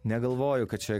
negalvoju kad čia